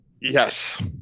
yes